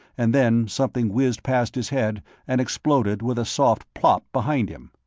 and then something whizzed past his head and exploded with a soft plop behind him.